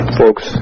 folks